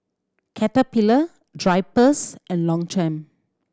Caterpillar Drypers and Longchamp